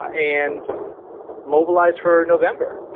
ah and mobilize for november.